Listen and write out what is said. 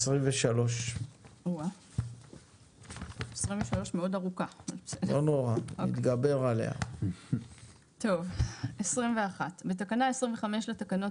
23. תקנה 21. בתקנה 25 לתקנות